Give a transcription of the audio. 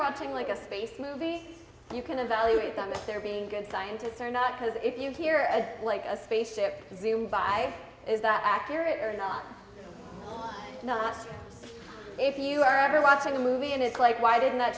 watching like a space movie you can evaluate them if they're being good scientists or not because if you hear a like a spaceship zoom by is that accurate or not not if you are ever watching a movie and it's like why didn't that